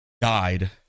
died